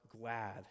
glad